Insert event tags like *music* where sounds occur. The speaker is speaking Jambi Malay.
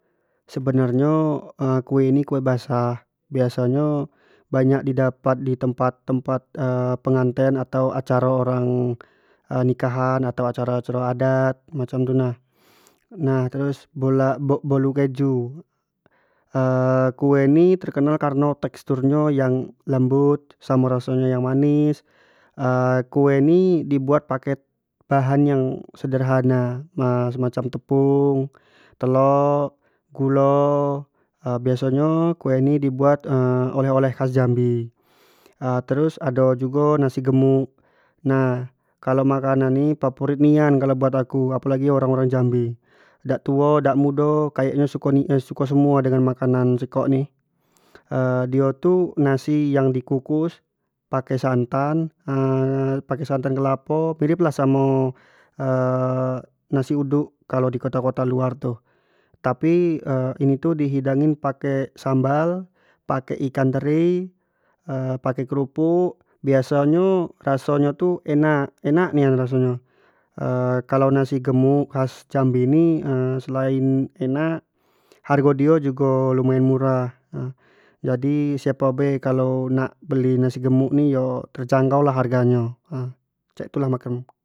Sebenar nyo kue ini kue basah biaso nyo banyak di dapat di tempat-tempat *hesitation* penganten atau acaro orang nikahan atau acaro-acaro adat kek macam tu nah, nah terus bola bolu keju, kue ni terkenal kareno tekstrunyo lembut samo rasonyo yang manis *hesitation* kue ni di buat pake bahan yang sederhana emacam tepung, telok. gulo *hesitation* biaso nyo kue ni di buat *hesitation* oleh-oleh khas jambi *hesitation* terus ado jugo nasi gemuk nah kalau makanan ni favorit nian kalau buat aku apolagi orang-orang jambi, dak tuo dak mudo kayak nyo suko nian suko semuo samo makanan sikok ni *hesitation* dio tu nasi yang di kukus pake santan *hesitation* pake santan kelapo mirip lah samo *hesitation* nasi uduk kalo di kota-kota luar tu, tapi ini tu di hidangin pake ambal, pake ikan teri *hesitation* pake kerupuk biaso nyo raso nyo tu enak, enak nian raso nyo *hesitation* kalau nasi gemuk khas jambi ni *hesitation* selain enak hargo dio jugo lumayan murah jadi siapo be nak beli nasi gemuk ni yo terjangkaulah hargo nyo *hesitation* cak itu lahh.